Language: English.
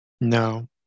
no